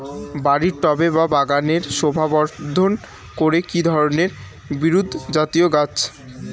বাড়ির টবে বা বাগানের শোভাবর্ধন করে এই ধরণের বিরুৎজাতীয় গাছ